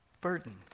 burden